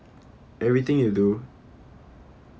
everything you do